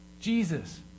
Jesus